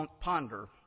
Ponder